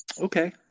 Okay